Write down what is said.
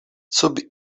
sub